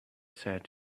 said